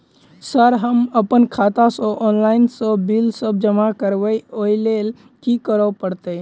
Sir हम अप्पन खाता सऽ ऑनलाइन सऽ बिल सब जमा करबैई ओई लैल की करऽ परतै?